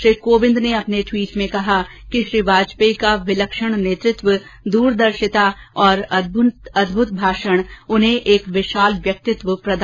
श्री कोविंद ने अपने ट्वीट में कहा कि श्री वाजपेयी का विलक्षण नेतृत्व दूरदर्शिता तथा अद्भुत भाषण उन्हें एक विशाल व्यक्तित्व प्रदान करते थे